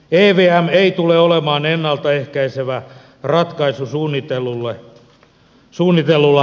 evm ei tule olemaan ennalta ehkäisevä ratkaisu suunnitellulla rahoituksella